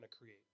create